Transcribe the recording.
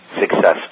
successful